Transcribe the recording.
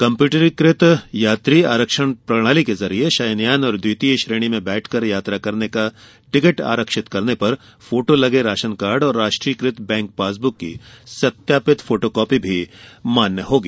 कम्प्यूटरीकृत यात्री आरक्षण प्रणाली के जरिये शयनयान और द्वितीय श्रेणी में बैठकर यात्रा करने का टिकट आरक्षित करने पर फोटो लगे राशन कार्ड और राष्ट्रीयक़त बैंक पासबुक की सत्यापित फोटोकॉपी भी मान्य होंगी